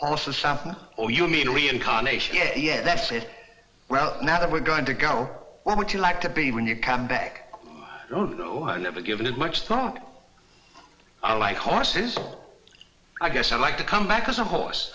also something or you mean reincarnation yeah that's it well now that we're going to go what would you like to be when you come back i don't know i never given it much thought i like horses i guess i'd like to come back as a horse